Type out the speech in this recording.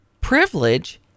privilege